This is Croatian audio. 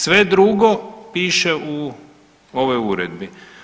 Sve drugo piše u ovoj uredbi.